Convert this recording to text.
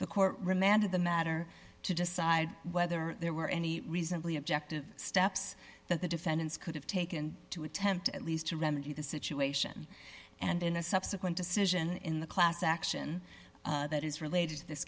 the court remanded the matter to decide whether there were any reasonably objective steps that the defendants could have taken to attempt at least to remedy the situation and in a subsequent decision in the class action that is related to this